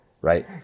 right